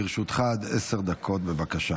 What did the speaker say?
לרשותך עד עשר דקות, בבקשה.